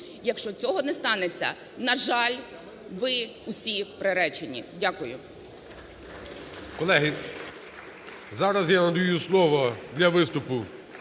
якщо цього не станеться, на жаль, ви всі приречені. Дякую. ГОЛОВУЮЧИЙ. Колеги, зараз я надаю слово для виступу